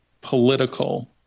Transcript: political